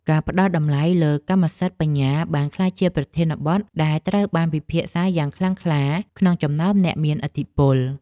ការផ្ដល់តម្លៃលើកម្មសិទ្ធិបញ្ញាបានក្លាយជាប្រធានបទដែលត្រូវបានពិភាក្សាយ៉ាងខ្លាំងក្លាក្នុងចំណោមអ្នកមានឥទ្ធិពល។